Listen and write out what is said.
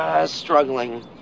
struggling